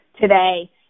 today